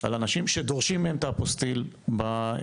על אנשים שדורשים מהם את האפוסטיל בלשכות.